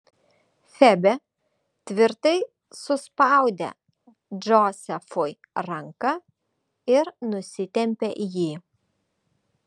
febė tvirtai suspaudė džozefui ranką ir nusitempė jį